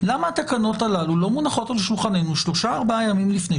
למה התקנות הללו לא מונחות על שולחננו שלושה-ארבעה ימים לפני,